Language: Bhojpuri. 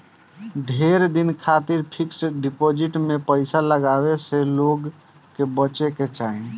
ढेर दिन खातिर फिक्स डिपाजिट में पईसा लगावे से लोग के बचे के चाही